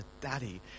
daddy